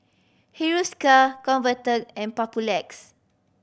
Hiruscar Convatec and Papulex